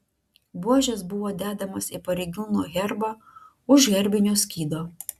buožės buvo dedamos į pareigūno herbą už herbinio skydo